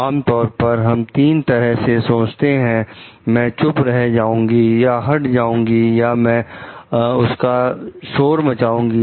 आमतौर पर हम तीन तरह से सोचते हैं मैं चुप रह जाऊंगी या हट जाऊंगी या मैं उसका शोर मचाऊंगी